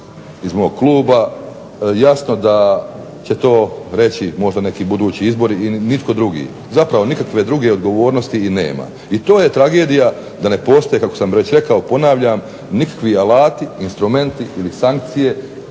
iz mog kluba jasno da će to reći možda neki budući izbori i nitko drugi. Zapravo nikakve druge odgovornosti i nema. I to je tragedija da ne postoji kako sam već rekao ponavljam nikakvi alati, instrumenti ili sankcije